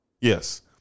Yes